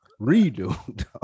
redo